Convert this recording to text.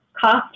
cost